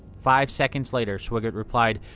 five second later, swigert replied,